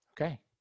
Okay